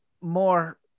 more